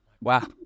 Wow